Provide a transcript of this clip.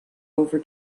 over